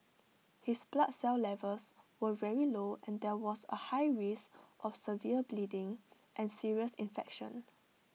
his blood cell levels were very low and there was A high risk of severe bleeding and serious infection